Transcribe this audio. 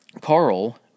Carl